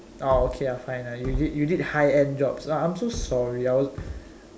oh okay ah fine ah you did you did high end jobs ah I'm so sorry I was